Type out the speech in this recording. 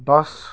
दस